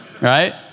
right